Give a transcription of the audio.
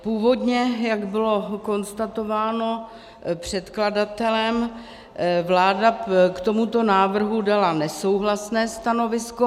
Původně, jak bylo konstatováno předkladatelem, vláda k tomuto návrhu dala nesouhlasné stanovisko.